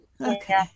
Okay